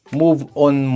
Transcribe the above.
move-on